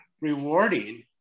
rewarding